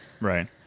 Right